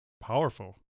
powerful